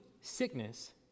sickness